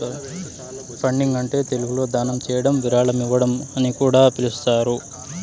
funding అంటే తెలుగులో దానం చేయడం విరాళం ఇవ్వడం అని కూడా పిలుస్తారు